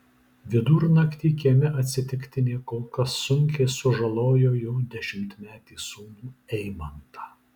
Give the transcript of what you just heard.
vidurnaktį kieme atsitiktinė kulka sunkiai sužalojo jų dešimtmetį sūnų eimantą